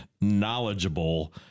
knowledgeable